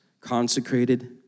consecrated